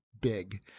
big